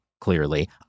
clearly